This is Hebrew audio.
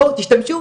בואו תשתמשו,